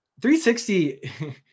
360